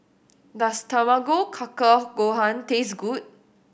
does Tamago Kake Gohan taste good